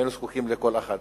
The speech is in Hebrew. והיינו זקוקים לקול אחד.